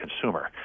consumer